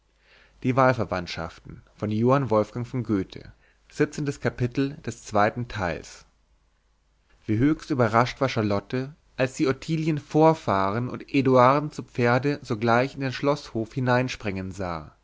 kapitel wie höchst überrascht war charlotte als sie ottilien vorfahren und eduarden zu pferde sogleich in den schloßhof hereinsprengen sah